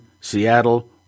Seattle